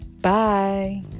Bye